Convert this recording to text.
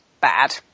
bad